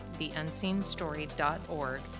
theunseenstory.org